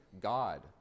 God